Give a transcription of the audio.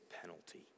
penalty